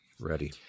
ready